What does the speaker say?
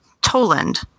Toland